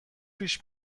پیش